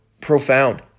profound